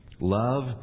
Love